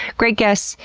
great guests,